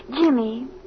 Jimmy